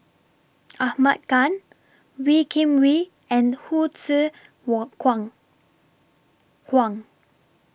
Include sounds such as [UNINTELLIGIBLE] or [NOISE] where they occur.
Ahmad Khan Wee Kim Wee and Hsu Tse [UNINTELLIGIBLE] Kwang Kwang